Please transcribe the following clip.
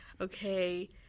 okay